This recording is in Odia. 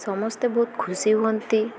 ସମସ୍ତେ ବହୁତ ଖୁସି ହୁଅନ୍ତି